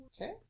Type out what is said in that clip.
Okay